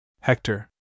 Hector